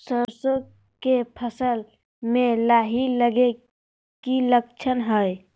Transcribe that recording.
सरसों के फसल में लाही लगे कि लक्षण हय?